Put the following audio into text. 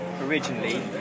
originally